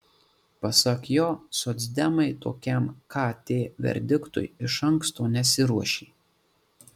pasak jo socdemai tokiam kt verdiktui iš anksto nesiruošė